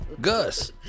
Gus